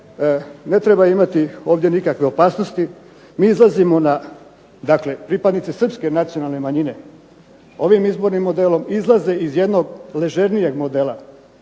ne treba imati ovdje nikakve opasnosti. Mi izlazimo na, dakle pripadnici srpske nacionalne manjine ovim izbornim modelom izlaze iz jednog ležernijeg modela